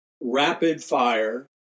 rapid-fire